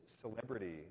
celebrity